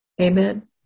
Amen